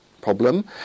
problem